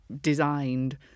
designed